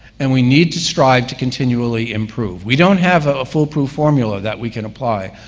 and we need to strive to continually improve. we don't have a foolproof formula that we can apply.